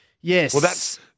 yes